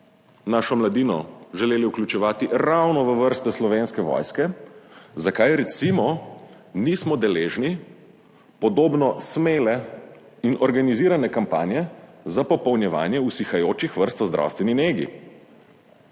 našo mladino želeli vključevati ravno v vrste Slovenske vojske, zakaj recimo nismo deležni podobno smele in organizirane kampanje za popolnjevanje usihajočih vrst v zdravstveni negi,